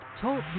Talk